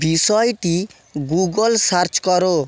বিষয়টি Google search কর